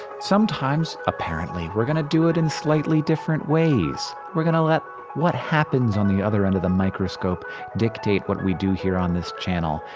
sometimes, apparently, we're gonna do it in slightly different ways. we're gonna let what happens on the other end of the microscope dictate what we do here on this channel,